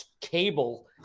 cable